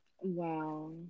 wow